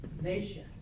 nation